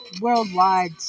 worldwide